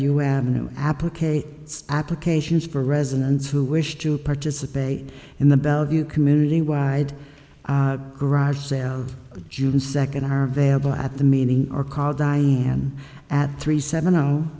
ave application applications for residents who wish to participate in the bellevue community wide garage sale june second are available at the meeting or call diane at three seven